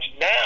now